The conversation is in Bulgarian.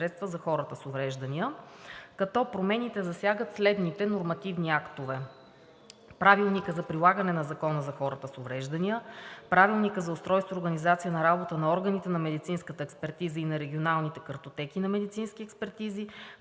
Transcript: за хората с увреждания, като промените засягат следните нормативни актове: Правилника за прилагане на Закона за хората с увреждания; Правилника за устройство и организация на работа на органите на медицинската експертиза и на регионалните картотеки на медицински експертизи;